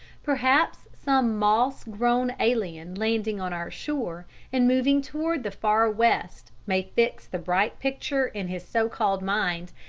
perhaps some moss-grown alien landing on our shore and moving toward the far west may fix the bright picture in his so-called mind,